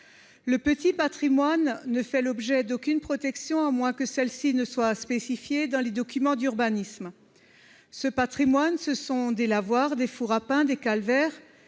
Le petit patrimoine ne fait l'objet d'aucune protection, à moins que celle-ci ne soit spécifiée dans les documents d'urbanisme. Ce patrimoine, ce sont des lavoirs, des fours à pain, des calvaires,